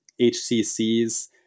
HCCs